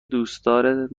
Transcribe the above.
دوستدار